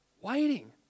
waiting